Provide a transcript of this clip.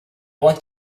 want